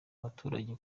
abaturage